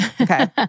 Okay